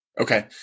Okay